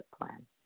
plan